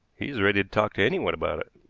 he is ready to talk to anyone about it.